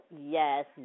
yes